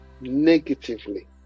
negatively